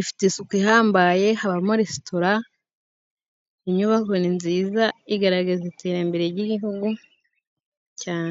Ifite isuku ihambaye, habamo resitora. Inyubako ni nziza igaragaza iterambere ry'Igihugu cyane.